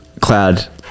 cloud